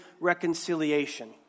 reconciliation